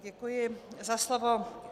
Děkuji za slovo.